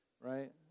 right